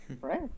Right